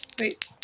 Wait